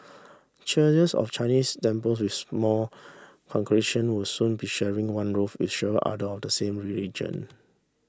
churches of Chinese temples with small congregation would soon be sharing one roof with several other of the same religion